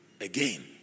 Again